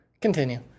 Continue